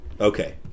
okay